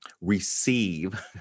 receive